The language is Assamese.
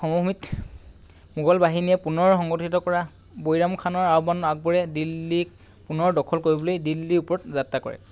সমভূমিত মোগল বাহিনীয়ে পুনৰ সংগঠিত কৰা বৈৰাম খানৰ আহ্বানে আকবৰে দিল্লীক পুনৰ দখল কৰিবলৈ দিল্লীৰ ওপৰত যাত্ৰা কৰে